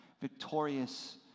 victorious